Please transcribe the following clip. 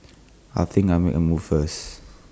I think I'll make A move first